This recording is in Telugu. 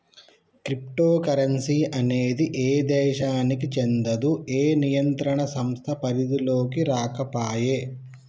క్రిప్టో కరెన్సీ అనేది ఏ దేశానికీ చెందదు, ఏ నియంత్రణ సంస్థ పరిధిలోకీ రాకపాయే